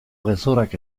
gezurrak